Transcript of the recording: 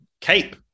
CAPE